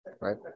right